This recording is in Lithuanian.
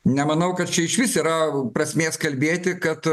nemanau kad čia išvis yra prasmės kalbėti kad